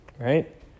right